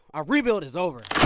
our rebuild is over.